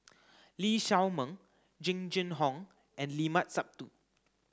Lee Shao Meng Jing Jun Hong and Limat Sabtu